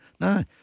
No